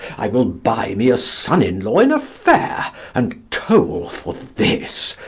i will buy me a son-in-law in a fair, and toll for this.